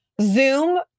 zoom